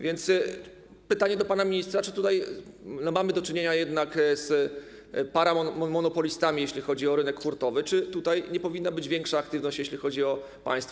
Więc pytanie do pana ministra: Czy tutaj mamy do czynienia jednak z paramonopolistami, jeśli chodzi o rynek hurtowy, czy tutaj nie powinna być większa aktywność, jeśli chodzi o państwo?